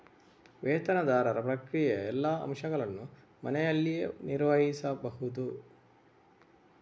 ವೇತನದಾರರ ಪ್ರಕ್ರಿಯೆಯ ಎಲ್ಲಾ ಅಂಶಗಳನ್ನು ಮನೆಯಲ್ಲಿಯೇ ನಿರ್ವಹಿಸಬಹುದು